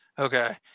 Okay